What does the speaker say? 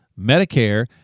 Medicare